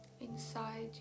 inside